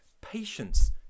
patience